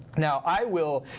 now, i will,